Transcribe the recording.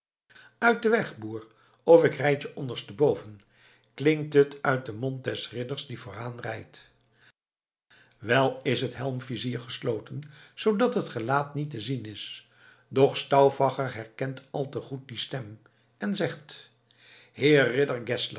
uit den weg boer of ik rijd je onderstboven klinkt het uit den mond des ridders die vooraan rijdt wel is het helmvizier gesloten zoodat het gelaat niet te zien is doch stauffacher herkent al te goed die stem en zegt